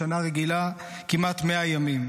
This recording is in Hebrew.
בשנה רגילה כמעט 100 ימים,